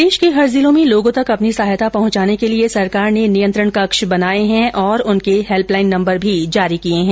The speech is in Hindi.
प्रदेश के हर जिले में लोगों तक अपनी सहायता पहुंचाने के लिए सरकार ने नियंत्रण कक्ष बनाए है और उनके हैल्पलाईन नम्बर जारी किए है